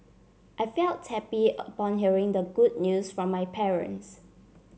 I felt happy upon hearing the good news from my parents